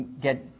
get